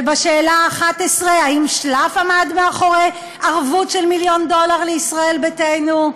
ובשאלה ה-11: האם שלאף עמד מאחורי ערבות של מיליון דולר לישראל ביתנו?